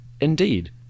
Indeed